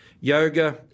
yoga